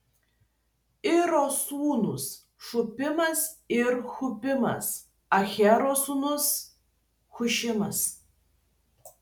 iro sūnūs šupimas ir hupimas ahero sūnus hušimas